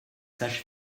sages